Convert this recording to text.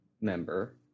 member